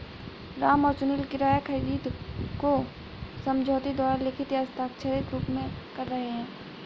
राम और सुनील किराया खरीद को समझौते द्वारा लिखित व हस्ताक्षरित रूप में कर रहे हैं